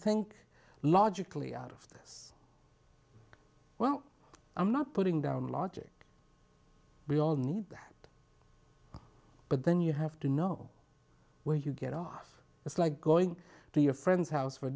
think logically out of this well i'm not putting down logic we all need but then you have to know where you get off it's like going to your friend's house for